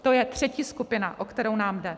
To je třetí skupina, o kterou nám jde.